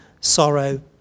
sorrow